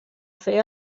fer